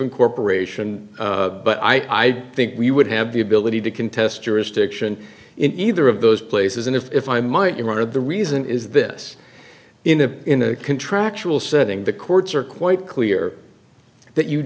incorporation but i don't think we would have the ability to contest jurisdiction in either of those places and if i might your honor the reason is this in a in a contractual setting the courts are quite clear that you